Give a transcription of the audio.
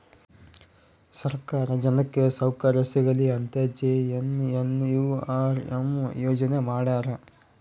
ಸರ್ಕಾರ ಜನಕ್ಕೆ ಸೌಕರ್ಯ ಸಿಗಲಿ ಅಂತ ಜೆ.ಎನ್.ಎನ್.ಯು.ಆರ್.ಎಂ ಯೋಜನೆ ಮಾಡ್ಯಾರ